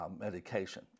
medication